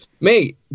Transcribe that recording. mate